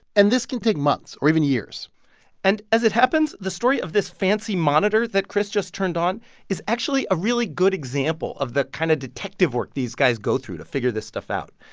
and this can take months or even years and as it happens, the story of this fancy monitor that chris just turned on is actually a really good example of the kind of detective work these guys go through to figure this stuff out.